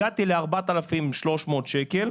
הגעתי ל-4,300 שקל.